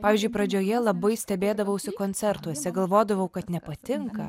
pavyzdžiui pradžioje labai stebėdavausi koncertuose galvodavau kad nepatinka